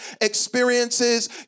experiences